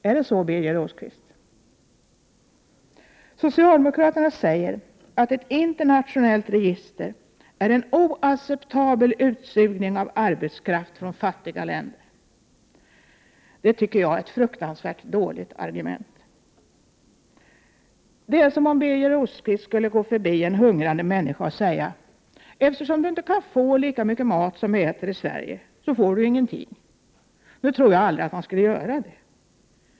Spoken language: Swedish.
Är det så, Birger Rosqvist? Socialdemokraterna säger att ett internationellt register är en oacceptabel | utsugning av arbetskraft från fattiga länder. Det tycker jag är ett fruktansvärt dåligt argument. Det är som om Birger Rosqvist skulle gå förbi en hungrande människa och säga: Eftersom du inte kan få lika mycket mat som vi i Sverige, 47 så får du ingenting. Nu tror jag aldrig att Birger Rosqvist skulle säga det.